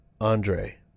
Andre